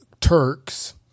Turks